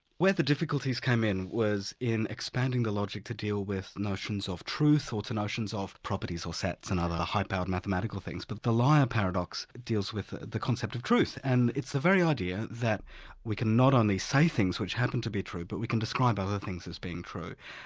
where the difficulties came in was in expanding the logic to deal with notions of truth or to notions of properties or sets and other, the high powered mathematical things. but the liar paradox deals with ah the concept of truth, and it's the very idea that we can not only say things which happen to be true, but we can describe other things as being true,